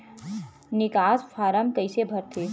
निकास फारम कइसे भरथे?